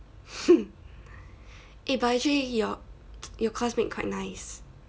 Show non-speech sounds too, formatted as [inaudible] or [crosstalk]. [laughs] eh but actually your [noise] your classmate quite nice